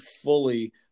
fully